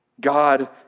God